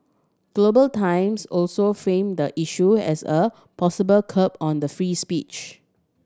Global Times also frame the issue as a possible curb on the free speech